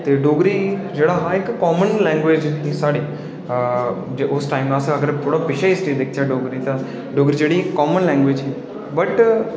ते डोगरी जेह्ड़ी ही इक कामन लैग्वेजं ही साढ़ी उस टैम अगर अस थोह्ड़ा पिच्छे दी हिस्ट्री दिखचै जे अस डोगरी दी डोगरी जेह्ड़ी कामन लैग्वेज़ ही बट